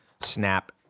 Snap